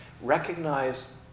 Recognize